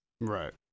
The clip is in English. Right